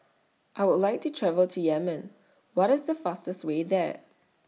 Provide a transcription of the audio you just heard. I Would like to travel to Yemen What IS The fastest Way There